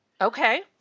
Okay